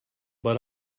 but